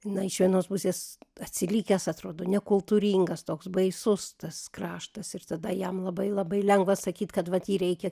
na iš vienos pusės atsilikęs atrodo nekultūringas toks baisus tas kraštas ir tada jam labai labai lengva sakyt kad vat jį reikia